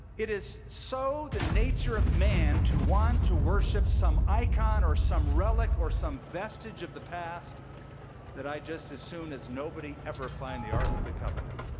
it is so the nature of man to want to worship some icon or some relic or some vestige of the past that i just assume as nobody ever find the ark of the covenant.